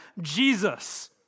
Jesus